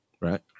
right